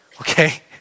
Okay